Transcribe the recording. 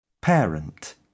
Parent